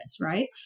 right